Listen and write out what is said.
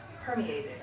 permeated